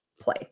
play